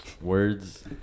words